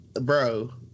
bro